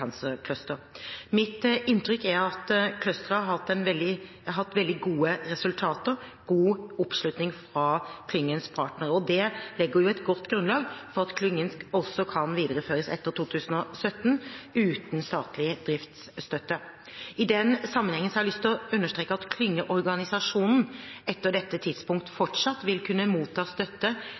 Cluster. Mitt inntrykk er at Oslo Cancer Cluster har hatt veldig gode resultater og god oppslutning fra klyngens partnere. Det legger et godt grunnlag for at klyngen også kan videreføres etter 2017, uten statlig driftsstøtte. I den sammenheng har jeg lyst til å understreke at klyngeorganisasjonen etter dette tidspunkt fortsatt vil kunne motta støtte